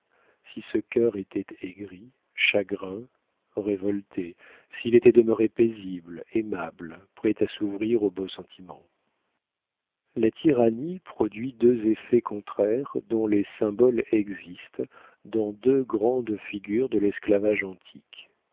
si ce cœur était aigri chagrin révolté s'il était demeuré paisible aimable prêt à s'ouvrir aux beaux sentiments la tyrannie produit deux effets contraires dont les symboles existent dans deux grandes figures de l'esclavage antique